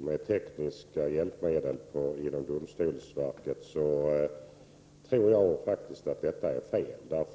tillgodosett behovet av tekniska hjälpmedel inom domstolsverket. Jag tror faktiskt att detta är fel.